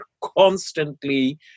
Constantly